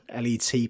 LET